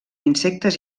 insectes